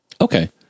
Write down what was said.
Okay